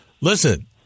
listen